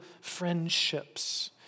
friendships